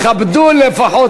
כבדו לפחות,